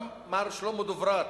גם מר שלמה דברת,